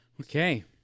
Okay